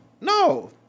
No